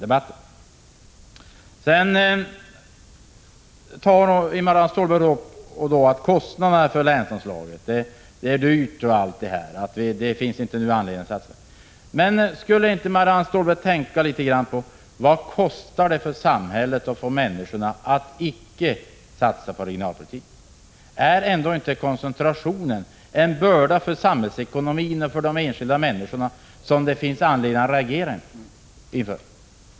Marianne Stålberg understryker vidare kostnaderna för länsanslaget. Hon menar att det är dyrt och att det nu inte finns anledning att satsa på det. Men skulle inte Marianne Stålberg litet grand tänka på vad det kostar för samhället och människorna att icke satsa på regionalpolitiken? Är ändå inte koncentrationen en börda för samhällsekonomin och för de enskilda människorna vilken det finns anledning att reagera emot?